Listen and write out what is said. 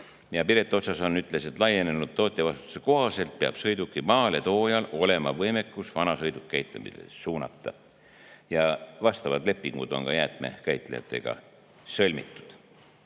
Piret Otsason ütles, et laienenud tootjavastutuse kohaselt peab sõiduki maaletoojal olema võimekus vanasõiduk käitlemisele suunata. Vastavad lepingud on ka jäätmekäitlejatega sõlmitud. Nii.